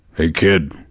hey kid,